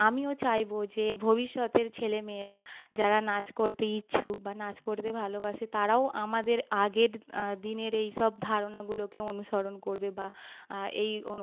আমিও চাইব যে ভবিষ্যতের ছেলে মেয়েরা যারা নাচ করতে ইচ্ছুক বা নাচ করতে ভালোবাসে তারাও আমাদের আগের দিনের এই সব ধারণাগুলোকে অনুসরণ করবে বা এই অনু